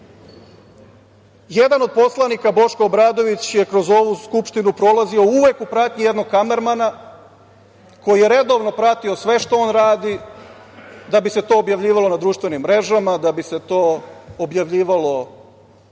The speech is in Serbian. jedan od poslanika, Boško Obradović je kroz ovu Skupštinu prolazio uvek u pratnji jednog kamermana, koji je redovno pratio sve što on radi da bi se to objavljivalo na društvenim mrežama, da bi se to objavljivalo